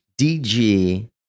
DG